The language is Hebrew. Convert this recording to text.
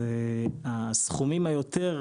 הסכומים היותר